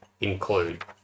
include